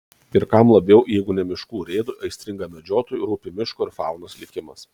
ir kam labiau jeigu ne miškų urėdui aistringam medžiotojui rūpi miško ir faunos likimas